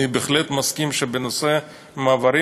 אני בהחלט מסכים שבנושא המעברים,